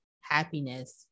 happiness